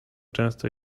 często